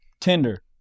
Tinder